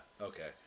okay